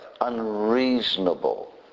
unreasonable